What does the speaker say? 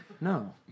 No